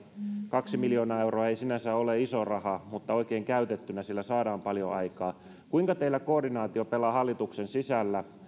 kaksi miljoonaa euroa ei sinänsä ole iso raha mutta oikein käytettynä sillä saadaan paljon aikaan kuinka teillä koordinaatio pelaa hallituksen sisällä